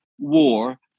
war